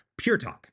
PureTalk